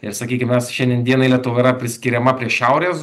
ir sakykim mes šiandien dienai lietuva yra priskiriama prie šiaurės